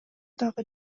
дагы